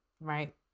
Right